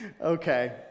Okay